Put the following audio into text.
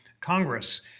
Congress